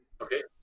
Okay